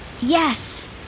Yes